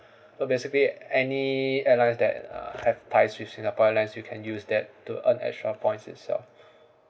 so basically any airlines that uh have ties with Singapore Airlines you can use that to earn extra points itself